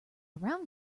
round